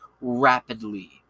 rapidly